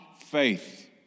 faith